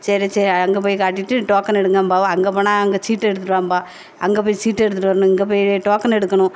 சரி சரி அங்கே போய் காட்டிட்டு டோக்கன் எடுங்கம்பாவோ அங்கே போனால் அங்கே சீட்டு எடுத்துகிட்டு வாம்பா அங்கே போய் சீட்டெடுத்துகிட்டு வரணும் இங்கே போய் டோக்கன் எடுக்கணும்